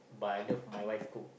but I love my wife cook